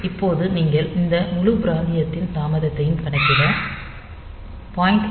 இப்போது நீங்கள் இந்த முழு பிராந்தியத்தின் தாமதத்தையும் கணக்கிட 0